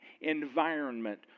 environment